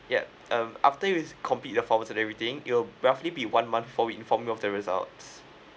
yup um after you complete your forms and everything it will roughly be one month for we informed you of the results